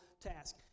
task